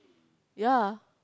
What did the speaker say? ya